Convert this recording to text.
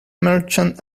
merchant